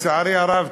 לצערי הרב,